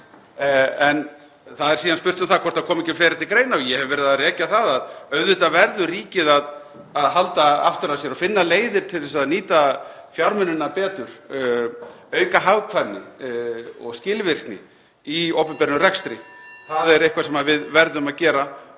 Síðan er spurt um það hvort það komi ekki fleira til greina og ég hef verið að rekja það að auðvitað verður ríkið að halda aftur af sér og finna leiðir til að nýta fjármunina betur, auka hagkvæmni og skilvirkni í opinberum rekstri. (Forseti hringir.) Það er eitthvað sem við verðum að gera